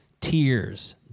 tears